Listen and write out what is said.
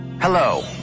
Hello